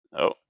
-oh